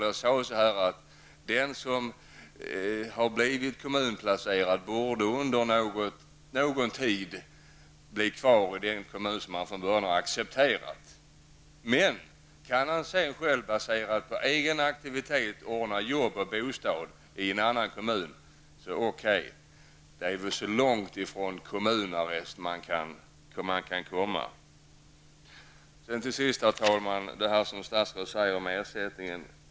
Jag sade att den som har blivit kommunplacerad under någon tid borde bli kvar i den kommun han från början har accepterat. Kan han sedan genom egen aktivitet ordna jobb och bostad i en annan kommun så är det okej. Det är väl så långt från kommunarrest man kan komma. Till sist, herr talman, vill jag ta upp det som statsrådet säger om ersättningen.